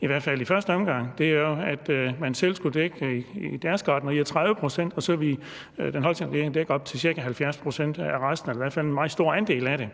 i hvert fald i første omgang, er jo, at man i deres gartnerier selv skal dække 30 pct., og så vil den hollandske regering dække op til ca. 70 pct. af resten eller i hvert fald en meget stor andel af det.